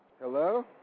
Hello